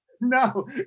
No